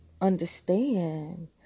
understand